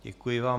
Děkuji vám.